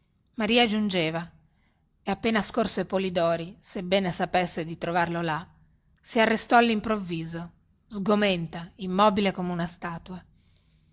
maria giungeva e appena scorse polidori sebbene sapesse di trovarlo là si arrestò allimprovviso sgomenta immobile come una statua